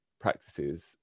practices